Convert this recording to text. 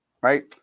right